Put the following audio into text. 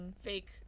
fake